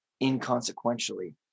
inconsequentially